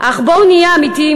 אך בואו נהיה אמיתיים,